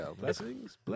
Blessings